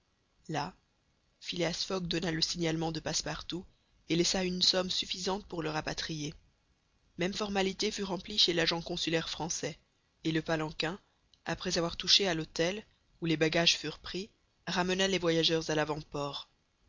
là phileas fogg donna le signalement de passepartout et laissa une somme suffisante pour le rapatrier même formalité fut remplie chez l'agent consulaire français et le palanquin après avoir touché à l'hôtel où les bagages furent pris ramena les voyageurs à lavant port